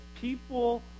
people